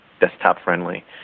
desktop-friendly